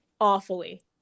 awfully